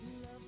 Love